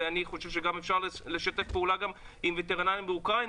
ואני חושב שאפשר גם לשתף פעולה עם וטרינרים באוקראינה,